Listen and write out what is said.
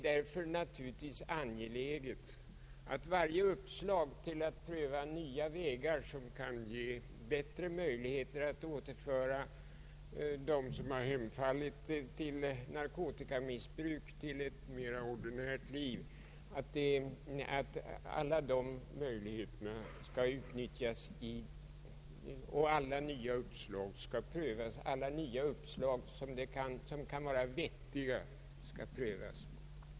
Därför är det givetvis angeläget att varje uppslag att pröva nya vägar som kan ge bättre möjligheter att återföra narkotikamissbrukarna till ett mera normalt liv skall utnyttjas och alla nya uppslag som kan vara vettiga prövas.